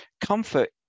comfort